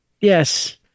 Yes